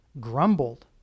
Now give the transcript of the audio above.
grumbled